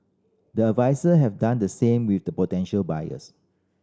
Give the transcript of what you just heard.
the adviser have done the same with the potential buyers